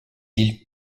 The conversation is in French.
îles